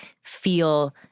feel